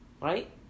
Right